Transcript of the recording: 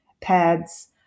pads